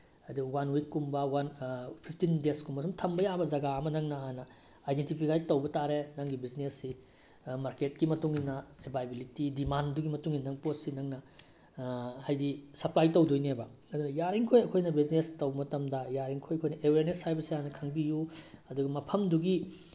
ꯑꯗꯨ ꯋꯥꯟ ꯋꯤꯛꯀꯨꯝꯕ one fifteen ꯗꯦꯁꯀꯨꯝꯕ ꯁꯨꯝ ꯊꯝꯕ ꯌꯥꯕ ꯖꯒꯥ ꯑꯃ ꯅꯪꯅ ꯍꯥꯟꯅ ꯑꯥꯏꯗꯦꯟꯇꯤꯐꯥꯏꯠ ꯇꯧꯕ ꯇꯥꯔꯦ ꯅꯪꯒꯤ ꯕꯤꯖꯤꯅꯦꯁꯁꯤ ꯃꯥꯔꯀꯦꯠꯀꯤ ꯃꯇꯨꯡꯏꯟꯅ ꯑꯦꯕꯥꯏꯕꯤꯂꯤꯇꯤ ꯗꯤꯃꯥꯟꯗꯨꯒꯤ ꯃꯇꯨꯡꯏꯟꯅ ꯅꯪ ꯄꯣꯠꯁꯤ ꯅꯪꯅ ꯍꯥꯏꯗꯤ ꯁꯄ꯭ꯂꯥꯏ ꯇꯧꯗꯣꯏꯅꯦꯕ ꯑꯗꯨꯅ ꯌꯥꯔꯤꯈꯣꯏ ꯑꯩꯈꯣꯏꯅ ꯕꯤꯖꯤꯅꯦꯁ ꯇꯧꯕ ꯃꯇꯝꯗ ꯌꯥꯔꯤꯈꯣꯏ ꯑꯩꯈꯣꯏꯅ ꯑꯦꯋꯦꯔꯅꯦꯁ ꯍꯥꯏꯕꯁꯤ ꯍꯥꯟꯅ ꯈꯪꯕꯤꯌꯨ ꯑꯗꯨꯒ ꯃꯐꯝꯗꯨꯒꯤ